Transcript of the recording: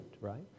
right